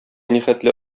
нихәтле